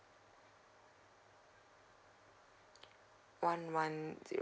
one one zero